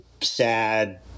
sad